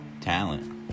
talent